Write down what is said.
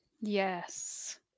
Yes